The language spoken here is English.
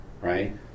right